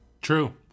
True